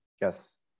Yes